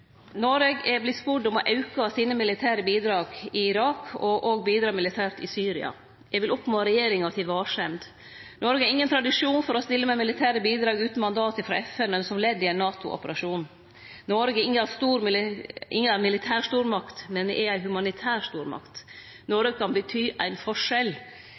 Noreg er vorte spurt om å auke dei militære bidraga i Irak og òg om å bidra militært i Syria. Eg vil oppmode regjeringa til varsemd. Noreg har ingen tradisjon for å stille med militære bidrag utan mandat ifrå FN eller som ledd i ein NATO-operasjon. Noreg er inga